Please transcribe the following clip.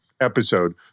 episode